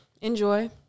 Enjoy